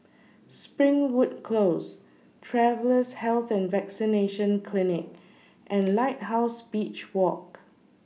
Springwood Close Travellers' Health and Vaccination Clinic and Lighthouse Beach Walk